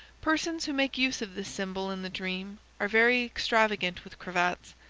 persons who make use of this symbol in the dream are very extravagant with cravats,